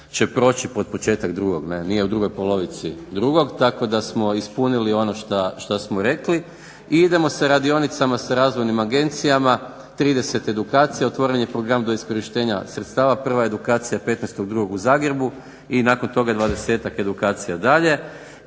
će proći pod početak drugog, ne nije u drugoj polovici drugog tako da smo ispunili ono šta smo rekli. I idemo sa radionicama sa razvojnim agencijama, 30 edukacija. Otvoren je program do iskorištenja sredstava. Prva edukacija 15.02. u Zagrebu i nakon toga 20-ak edukacija dalje.